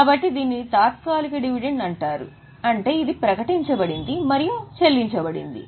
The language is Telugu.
కాబట్టి దీనిని తాత్కాలిక డివిడెండ్ అంటారు అంటే ఇది ప్రకటించబడింది మరియు చెల్లించబడింది